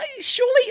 Surely